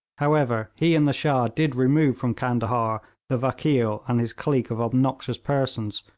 however, he and the shah did remove from candahar the vakeel and his clique of obnoxious persons,